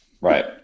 right